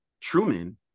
Truman